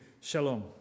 shalom